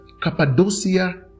Cappadocia